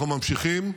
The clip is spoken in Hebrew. אנחנו ממשיכים,